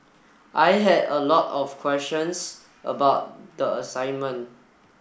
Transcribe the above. I had a lot of questions about the assignment